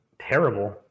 terrible